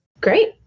Great